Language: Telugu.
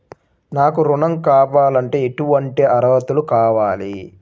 నాకు ఋణం కావాలంటే ఏటువంటి అర్హతలు కావాలి?